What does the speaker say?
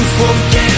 forget